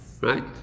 right